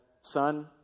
son